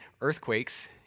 earthquakes